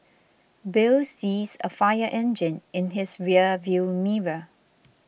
Bill sees a fire engine in his rear view mirror